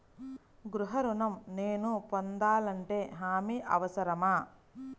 గృహ ఋణం నేను పొందాలంటే హామీ అవసరమా?